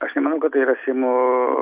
aš nemanau kad tai yra seimo